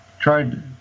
tried